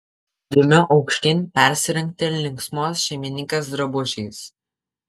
dumiu aukštyn persirengti linksmos šeimininkės drabužiais